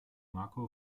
marco